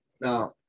now